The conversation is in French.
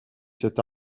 cet